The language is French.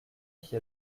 qui